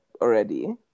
already